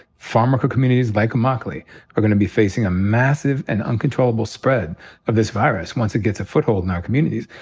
farmworker communities like immokalee are gonna be facing a massive and uncontrollable spread of this virus once it gets a foothold in our communities.